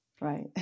right